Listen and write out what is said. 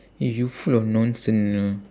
eh you full of nonsense you know